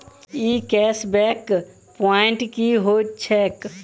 ई cashback point की होइत छैक?